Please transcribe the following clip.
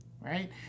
right